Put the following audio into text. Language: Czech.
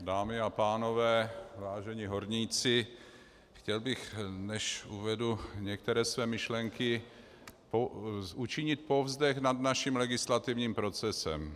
Dámy a pánové, vážení horníci, chtěl bych, než uvedu některé své myšlenky, učinit povzdech nad naším legislativním procesem.